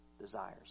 desires